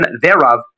thereof